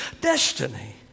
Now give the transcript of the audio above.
destiny